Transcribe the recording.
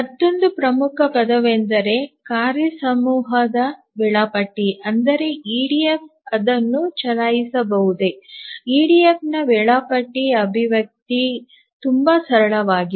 ಮತ್ತೊಂದು ಪ್ರಮುಖ ಪದವೆಂದರೆ ಕಾರ್ಯ ಸಮೂಹದ ವೇಳಾಪಟ್ಟಿ ಅಂದರೆ ಇಡಿಎಫ್ ಅದನ್ನು ಚಲಾಯಿಸಬಹುದೇ ಇಡಿಎಫ್ನ ವೇಳಾಪಟ್ಟಿ ಅಭಿವ್ಯಕ್ತಿ ತುಂಬಾ ಸರಳವಾಗಿದೆ